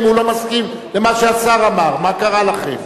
אם הוא לא מסכים למה שהשר אמר, מה קרה לכם?